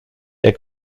der